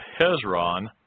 Hezron